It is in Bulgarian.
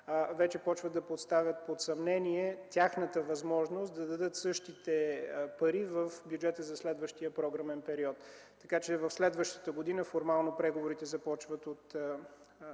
вече започват да поставят под съмнение тяхната възможност да дадат същите пари в бюджета за следващия програмен период. Формално преговорите започват от